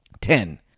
Ten